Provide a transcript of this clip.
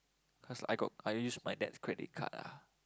cause I got I use my dad's credit card ah